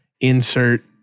insert